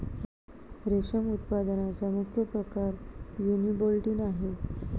रेशम उत्पादनाचा मुख्य प्रकार युनिबोल्टिन आहे